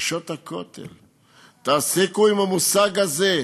"נשות הכותל" תפסיקו עם המושג הזה.